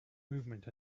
movement